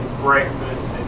breakfast